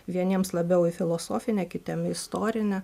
vieniems labiau į filosofinę kitiem į istorinę